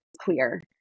clear